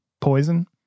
poison